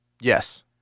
Yes